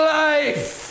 life